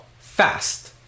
fast